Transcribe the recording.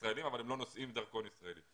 ישראלים אבל הם לא נושאים דרכון ישראלי.